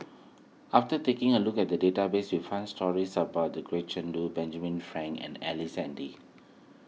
after taking a look at the database we found stories about the Gretchen Lu Benjamin Frank and Ellice Handy